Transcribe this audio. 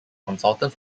consultant